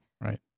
Right